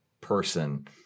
person